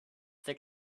thick